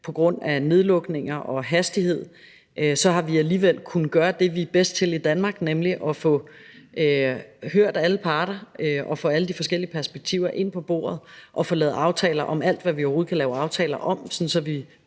på grund af nedlukninger og høj hastighed, har vi alligevel kunnet gøre det, vi er bedst til i Danmark, nemlig at få hørt alle parter og få alle de forskellige perspektiver ind på bordet og få lavet aftaler om alt, hvad vi overhovedet kan lave aftaler om, sådan